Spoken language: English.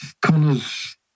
connors